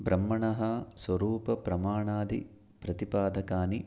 ब्रह्मणः स्वरूपप्रमाणादिप्रतिपादकानि